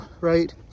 right